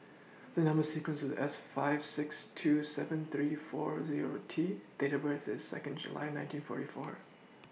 The Number sequence IS S five six two seven three four Zero T Date of birth IS Second July nineteen forty four